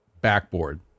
backboard